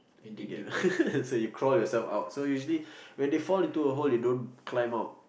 you get so you crawl yourself out so usually when they fall into a hole they don't climb out